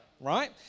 right